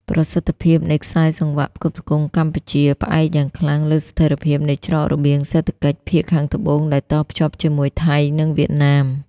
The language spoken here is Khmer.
ប្រសិទ្ធភាពនៃខ្សែសង្វាក់ផ្គត់ផ្គង់កម្ពុជា ផ្អែកយ៉ាងខ្លាំងលើស្ថិរភាពនៃច្រករបៀងសេដ្ឋកិច្ចភាគខាងត្បូងដែលតភ្ជាប់ជាមួយថៃ និងវៀតណាម។